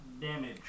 damage